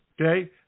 Okay